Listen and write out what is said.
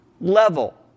level